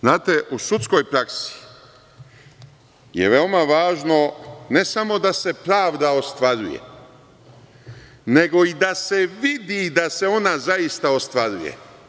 Znate, u sudskoj praksi je veoma važno ne samo da se pravda ostvaruje, nego i da se vidi da se ona zaista ostvaruje.